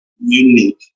unique